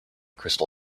crystal